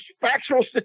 factual